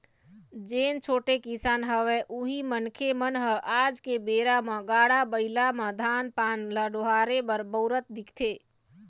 जेन छोटे किसान हवय उही मनखे मन ह आज के बेरा म गाड़ा बइला म धान पान ल डोहारे बर बउरत दिखथे